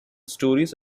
stories